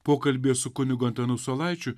pokalbyje su kunigu antanu saulaičiu